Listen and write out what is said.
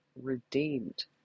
redeemed